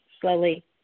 Slowly